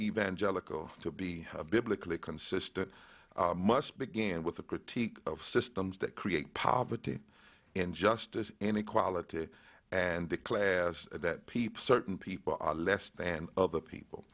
evangelical to be biblically consistent must begin with a critique of systems that create poverty and justice and equality and the class that people certain people are less than other people